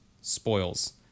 Spoils